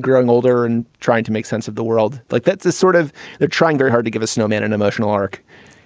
growing older and trying to make sense of the world, like that's a sort of they're trying very hard to give a snow man an emotional arc